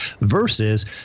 versus